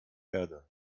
erde